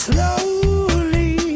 Slowly